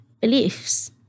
beliefs